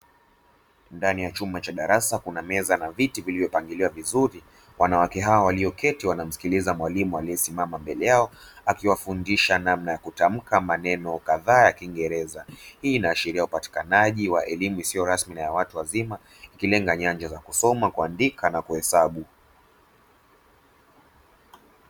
Ndani ya chumba cha darasa kuna meza na viti vilivo pangiliwa vizuri, Wanawake hawa walio keti wanamsikiliza mwalimu aliye simama mbele yao akiwafundisha namna yakutamka maneno kadhaa ya kiengeireza, Hii inaashiria upatikanaji wa elimu isiyo rasmi na yawatu wazima ikilenga nyanja za kusoma, kuandika na kuhesabu.